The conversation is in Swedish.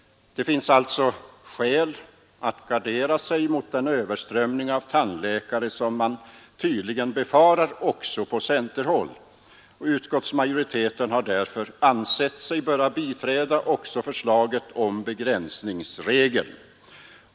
Det finns alltså skäl att gardera sig mot den överströmning av tandläkare som man tydligen befarar också på centerhåll. Utskottsmajoriteten har därför ansett sig böra biträda också förslaget om begränsningsmedel.